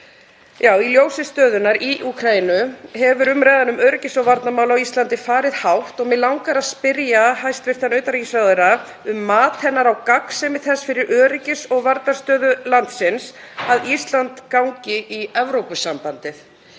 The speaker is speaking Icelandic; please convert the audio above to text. Í ljósi stöðunnar í Úkraínu hefur umræðan um öryggis- og varnarmál á Íslandi farið hátt og mig langar að spyrja hæstv. utanríkisráðherra um mat hennar á gagnsemi þess fyrir öryggis- og varnarstöðu landsins að Ísland gangi í Evrópusambandið.